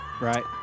Right